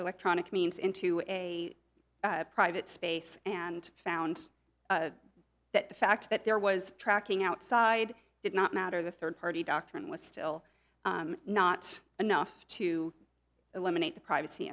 electronic means into a private space and found that the fact that there was tracking outside did not matter the third party doctrine was still not enough to eliminate the privacy